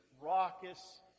raucous